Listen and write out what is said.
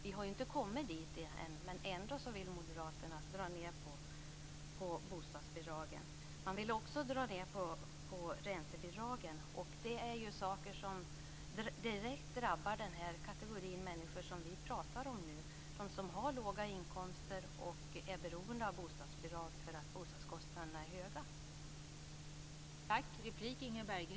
Vi har ju inte kommit dit än, men ändå vill moderaterna dra ned på bostadsbidragen. De vill också dra ned på räntebidragen, och det är sådant som direkt drabbar den kategori människor som vi pratar om nu, dvs. de som har låga inkomster och som är beroende av bostadsbidrag därför att bostadskostnaderna är höga.